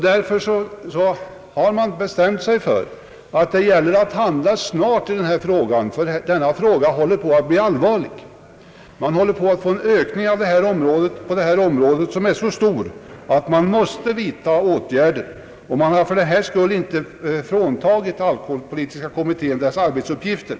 Därför har utskottet ansett att det krävs handling i denna fråga, ty den håller på att bli allvarlig. Det sker en utveckling på det här området som gör att åtgärder måste vidtas. Utskottet vill för den skull inte frånta alkoholpolitiska kommittén dess arbetsuppgifter.